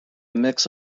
mix